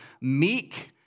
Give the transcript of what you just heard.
meek